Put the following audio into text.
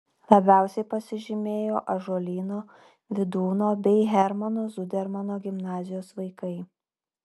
labiausiai pasižymėjo ąžuolyno vydūno bei hermano zudermano gimnazijos vaikai